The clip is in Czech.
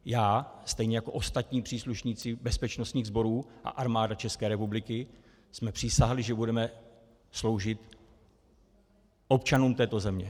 Já stejně jako ostatní příslušníci bezpečnostních sborů a Armády ČR jsme přísahali, že budeme sloužit občanům této země.